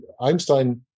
Einstein